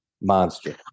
monster